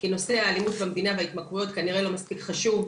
כי נושא האלימות במדינה וההתמכרויות לא מספיק חשוב.